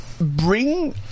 bring